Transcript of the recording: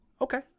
Okay